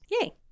Yay